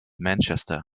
manchester